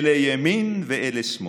אלה ימין ואלה שמאל,